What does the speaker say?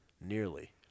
Nearly